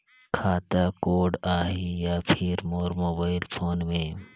खाता कोड आही या फिर मोर मोबाइल फोन मे?